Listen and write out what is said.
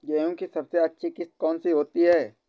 गेहूँ की सबसे अच्छी किश्त कौन सी होती है?